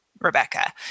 Rebecca